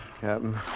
Captain